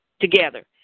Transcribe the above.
together